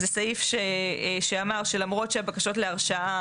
זה סעיף שאמר שלמרות שהבקשות להרשאה